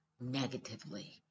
negatively